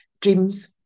dreams